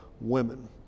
women